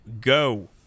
Go